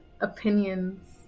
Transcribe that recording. opinions